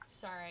sorry